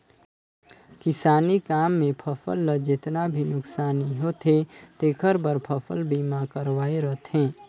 किसानी काम मे फसल ल जेतना भी नुकसानी होथे तेखर बर फसल बीमा करवाये रथें